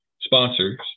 sponsors